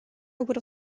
would